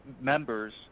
members